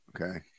Okay